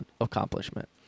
accomplishment